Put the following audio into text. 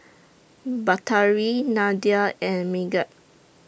Batari Nadia and Megat